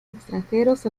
extranjeros